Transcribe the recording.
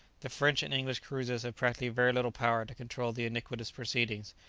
the french and english cruisers have practically very little power to control the iniquitous proceedings,